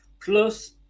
plus